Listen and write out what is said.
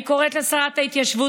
אני קוראת לשרת ההתיישבות,